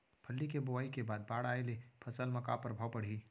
फल्ली के बोआई के बाद बाढ़ आये ले फसल मा का प्रभाव पड़ही?